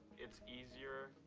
it's easier,